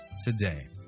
today